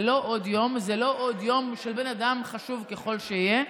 זה לא עוד יום של בן אדם, חשוב ככל שיהיה,